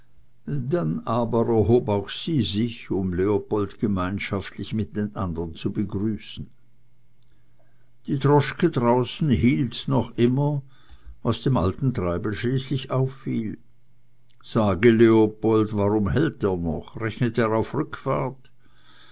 dann aber erhob auch sie sich um leopold gemeinschaftlich mit den andern zu begrüßen die droschke draußen hielt noch immer was dem alten treibel schließlich auffiel sage leopold warum hält er noch rechnet er auf rückfahrt